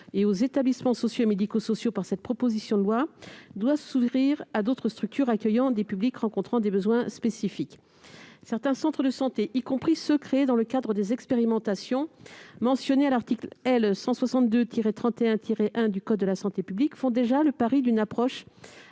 et aux établissements sociaux et médico-sociaux, les ESMS, par cette proposition de loi, doivent être ouvertes à d'autres structures accueillant des publics rencontrant des besoins spécifiques. Certains centres de santé, y compris ceux qui sont créés dans le cadre des expérimentations mentionnées à l'article L. 162-31-1 du code de la santé publique, font déjà le pari d'une approche